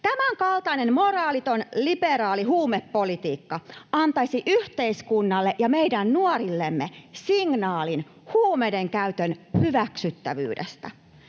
Tämänkaltainen moraaliton liberaali huumepolitiikka antaisi yhteiskunnalle ja meidän nuorillemme signaalin huumeidenkäytön hyväksyttävyydestä.